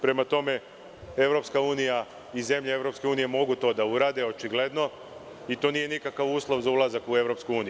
Prema tome, EU i zemlje EU mogu to da urade, očigledno, i to nije nikakav uslov za ulazak u EU.